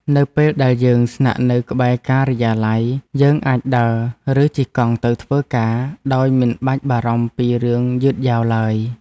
នៅពេលដែលយើងស្នាក់នៅក្បែរការិយាល័យ យើងអាចដើរ ឬជិះកង់ទៅធ្វើការដោយមិនបាច់បារម្ភពីរឿងយឺតយ៉ាវឡើយ។